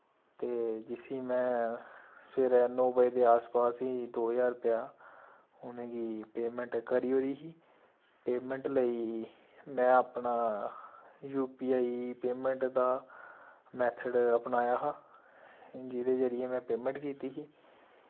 ते जिसी मैं सवेरै नौ बजे ते आस पास ही दो ज्हार रपेआ उ'नेंगी पेमैंट करी ओड़ी ही पेमैंट लेई मैं अपना युपीआई पेमैंट दा मैथड अपनाया हा जिदे जरिये में पेमैंट कीती ही